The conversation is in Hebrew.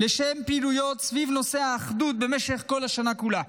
לשם פעילויות סביב נושא האחדות במשך כל השנה כולה.